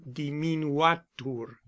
diminuatur